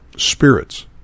spirits